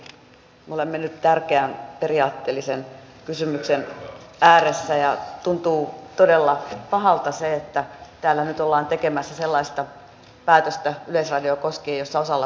nimenomaisesti me olemme nyt tärkeän periaatteellisen kysymyksen ääressä ja tuntuu todella pahalta se että täällä nyt ollaan tekemässä yleisradiota koskien sellaista päätöstä jossa osalla puolueista on vastalause